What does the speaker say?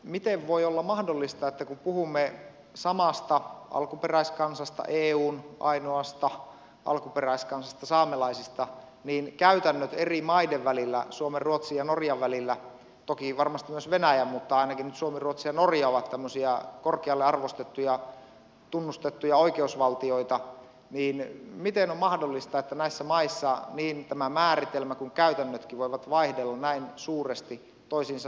miten voi olla mahdollista että kun puhumme samasta alkuperäiskansasta eun ainoasta alkuperäiskansasta saamelaisista niin käytännöt kuin määritelmä eri maiden välillä suomen ruotsin ja norjan välillä toki varmasti myös venäjän mutta ainakin nyt suomi ruotsi ja norja ovat tämmöisiä korkealle arvostettuja tunnustettuja oikeusvaltioita viileä mikä mahdollistaa näissä maissa niin tämä määritelmä käytön voivat vaihdella näin suuresti toisiinsa nähden